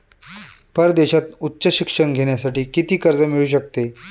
परदेशात उच्च शिक्षण घेण्यासाठी किती कर्ज मिळू शकते?